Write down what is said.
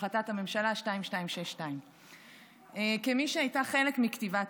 החלטת הממשלה 2262. כמי שהיה לה חלק בכתיבת